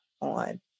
on